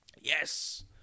Yes